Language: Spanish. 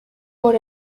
por